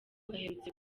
aherutse